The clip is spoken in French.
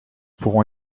pourront